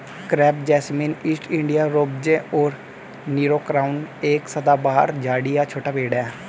crepe jasmine, East India rosebay और Nero crown एक सदाबहार झाड़ी या छोटा पेड़ है